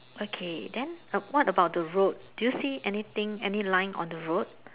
okay then what about the road do you see anything any line on the road